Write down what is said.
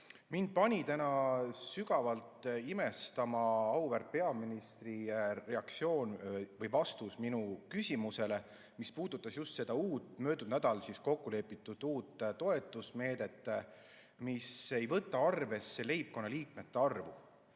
Mind pani täna sügavalt imestama auväärt peaministri reaktsioon või vastus minu küsimusele, mis puudutas just seda uut, möödunud nädal kokkulepitud toetusmeedet, mis ei võta arvesse leibkonnaliikmete arvu.